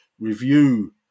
review